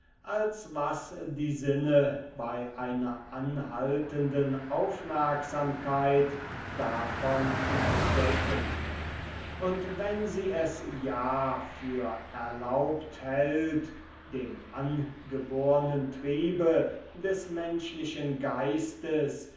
als was die sinnen bei einer anhaltenden aufmerksamkeit davon entdecken und wenn sie es ja für erlaubt hält dem angebornen triebe des menschlichen geistes